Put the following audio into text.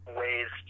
ways